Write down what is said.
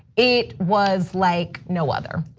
it was like no other.